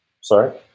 Sorry